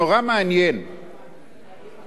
אתם,